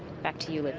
back to you.